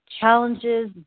challenges